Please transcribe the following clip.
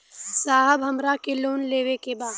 साहब हमरा के लोन लेवे के बा